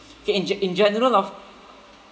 okay in ge~ in general of